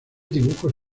dibujos